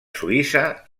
suïssa